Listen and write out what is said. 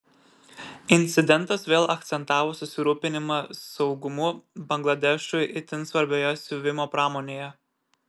incidentas vėl akcentavo susirūpinimą saugumu bangladešui itin svarbioje siuvimo pramonėje